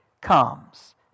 comes